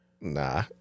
Nah